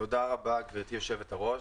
תודה רבה גברתי יושבת הראש.